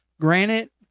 Granite